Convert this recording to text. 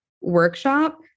workshop